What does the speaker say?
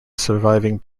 surviving